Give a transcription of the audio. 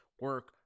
Work